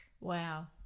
Wow